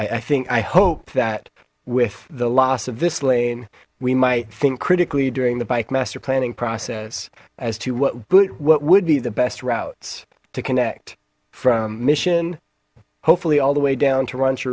that i think i hope that with the loss of this lane we might think critically during the bike master planning process as to what but what would be the best routes to connect from mission hopefully all the way down to ron t